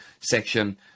section